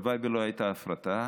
הלוואי שלא הייתה הפרטה,